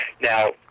Now